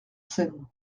seine